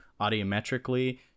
audiometrically